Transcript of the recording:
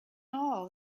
all